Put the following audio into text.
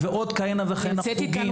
ועוד כהנה וכהנה חוגים.